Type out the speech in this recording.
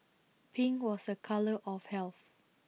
pink was A colour of health